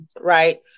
right